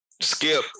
skip